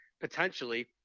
potentially